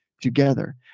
together